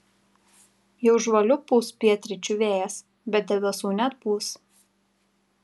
jau žvaliu pūs pietryčių vėjas bet debesų neatpūs